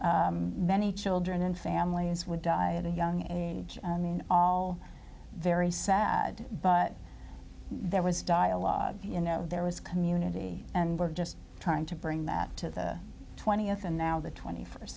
know many children and families would die of a young age i mean all very sad but there was dialogue you know there was community and we're just trying to bring that to the twentieth and now the twenty first